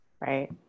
right